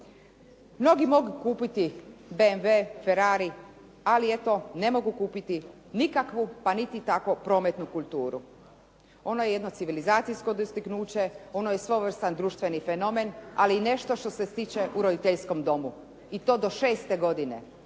Mnogi mogu kupiti BMW, Ferrary ali eto ne mogu kupiti nikakvu, pa niti tako prometnu kulturu. Ono je jedno civilizacijsko dostignuće, ono je svojevrstan društveni fenomen ali i nešto što se stiče u roditeljskom domu i to do 6 godine,